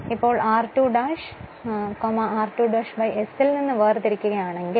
ഇപ്പോൾ r2 ' r2' s ൽ നിന്ന് വേർതിരിക്കുകയാണെങ്കിൽ